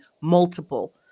multiple